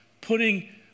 putting